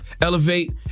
elevate